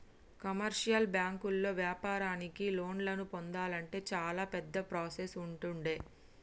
commercial బ్యాంకుల్లో వ్యాపారానికి లోన్లను పొందాలంటే చాలా పెద్ద ప్రాసెస్ ఉంటుండే